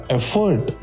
effort